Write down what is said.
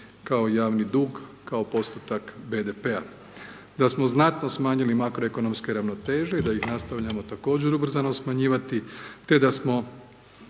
kao javni dug, kao postotak BDP-a. Da samo znatno smanjili makroekonomske ravnoteže i da ih nastavljamo također ubrzano smanjivati, te da smo